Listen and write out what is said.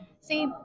see